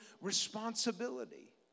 responsibility